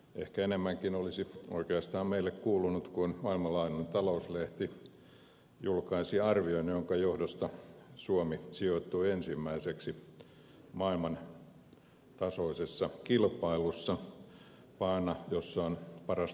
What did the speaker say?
ehkä enemmänkin olisi oikeastaan meille kuulunut kun maailmanlaajuinen talouslehti julkaisi arvion jonka johdosta suomi sijoittui ensimmäiseksi maailmantasoisessa kilpailussa maana jossa on parasta asua